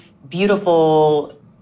beautiful